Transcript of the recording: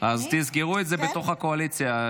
תסגרו את זה בתוך הקואליציה.